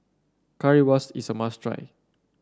Currywurst is a must try